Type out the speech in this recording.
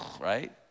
right